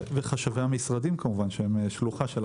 וחשבי המשרדים, כמובן, שהם שלוחה של החשב הכללי.